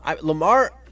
Lamar